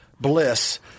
Bliss